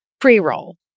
pre-roll